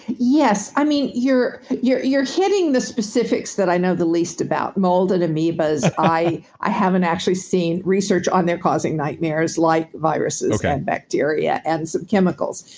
yes, i mean, you're you're hitting the specifics that i know the least about, mold and amoebas. i i haven't actually seen research on their causing nightmares like viruses and bacteria and some chemicals.